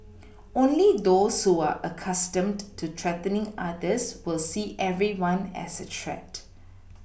only those who are accustomed to threatening others will see everyone as a threat